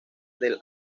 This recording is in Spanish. del